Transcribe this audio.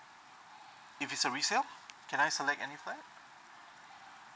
if it's a resale can I select any flat